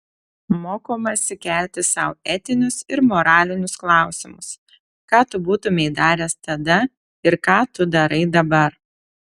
mokomasi kelti sau etinius ir moralinius klausimus ką tu būtumei daręs tada ir ką tu darai dabar